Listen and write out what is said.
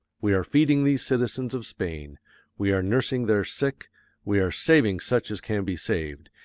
we are feeding these citizens of spain we are nursing their sick we are saving such as can be saved,